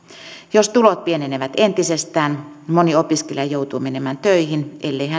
jos tulot pienenevät entisestään moni opiskelija joutuu menemään töihin elleivät